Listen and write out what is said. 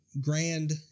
grand